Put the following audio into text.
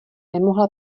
nemohla